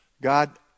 God